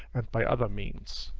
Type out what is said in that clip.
and by other means.